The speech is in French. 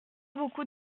beaucoup